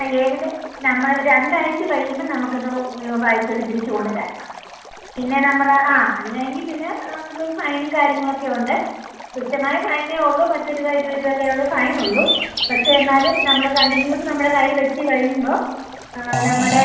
ആ ഏതിൻ്റെ നമ്മൾ രണ്ടാഴ്ച്ച കഴിയുമ്പം നമുക്കത് വായിച്ചിട്ട് തിരിച്ച് കൊണ്ടത്തരണം പിന്നെ നമ്മൾ ആ അല്ലായെങ്കിൽ പിന്നെ നമുക്ക് ഫൈനും കാര്യങ്ങളൊക്കെ ഉണ്ട് തുച്ഛമായ ഫൈനേ ഉള്ളു പത്ത് രൂപ ഇരുപത് രൂപയൊക്കെയേ ഫൈനൊള്ളു പക്ഷേ എന്നാലും നമ്മൾ കണ്ടിന്യൂസ്സ് നമ്മുടെ കൈ വെച്ച് കഴിയുമ്പോൾ നമ്മുടെ